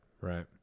right